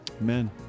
Amen